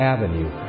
Avenue